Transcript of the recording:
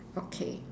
okay